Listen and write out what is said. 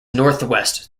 northwest